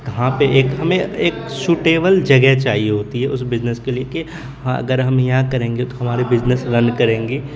کہاں پہ ایک ہمیں ایک سوٹیبل جگہ چاہیے ہوتی ہے اس بزنس کے لیے کہ ہاں اگر ہم یہاں کریں گے تو ہماری بزنس رن کریں گی